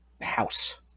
house